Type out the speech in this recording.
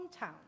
hometown